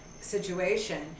situation